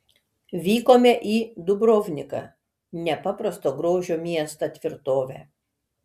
vykome ir į dubrovniką nepaprasto grožio miestą tvirtovę